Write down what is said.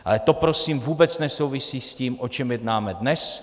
Ale to prosím vůbec nesouvisí s tím, o čem jednáme dnes.